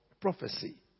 prophecy